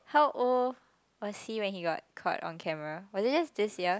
how old was he when he got caught on camera was it this year